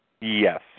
Yes